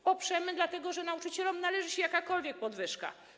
Poprzemy ją dlatego, że nauczycielom należy się jakakolwiek podwyżka.